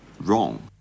wrong